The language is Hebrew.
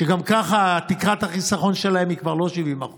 שגם ככה תקרת החיסכון שלהם היא כבר לא 70%